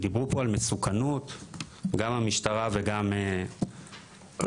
דיברו פה על מסוכנות גם המשטרה וגם הקופות.